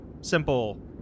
Simple